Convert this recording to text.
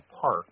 park